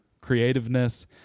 creativeness